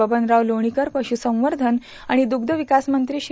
बबनराव लोणीकर पश्रसंवर्षन आणि दुग्व विक्वसमंत्री श्री